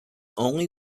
only